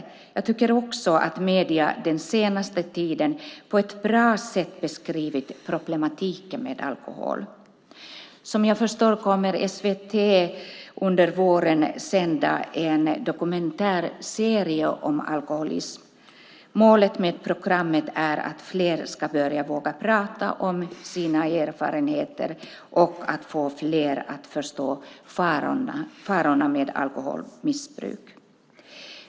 Jag tycker också att medierna den senaste tiden på ett bra sätt beskrivit problematiken med alkohol. Som jag förstår kommer SVT under våren att sända en dokumentärserie om alkoholism. Målet med programmet är att fler ska börja våga prata om sina erfarenheter och att få fler att förstå farorna med alkoholmissbruk.